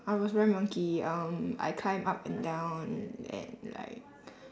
I was very monkey um I climbed up and down and like